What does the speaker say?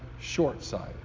short-sighted